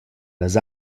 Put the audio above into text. las